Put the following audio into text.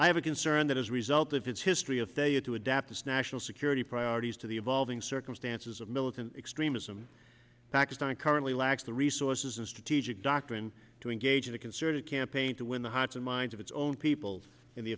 i have a concern that as a result of his history of failure to adapt its national security priorities to the evolving sir stances of militant extremism pakistan currently lacks the resources and strategic doctrine to engage in a concerted campaign to win the hearts and minds of its own people in the